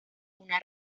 una